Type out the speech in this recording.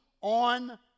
on